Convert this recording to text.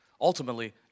ultimately